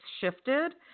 shifted